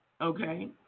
okay